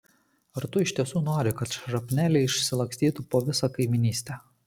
ar tu iš tiesų nori kad šrapneliai išsilakstytų po visą kaimynystę